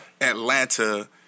Atlanta